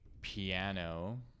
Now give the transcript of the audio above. piano